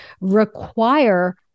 require